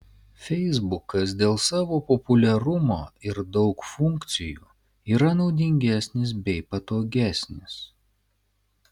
feisbukas dėl savo populiarumo ir daug funkcijų yra naudingesnis bei patogesnis